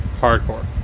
hardcore